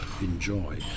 enjoy